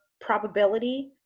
probability